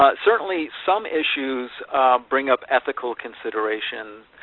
certainly, some issues bring up ethical consideration,